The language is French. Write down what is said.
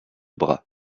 bras